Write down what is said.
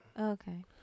Okay